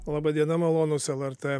laba diena malonūs lrt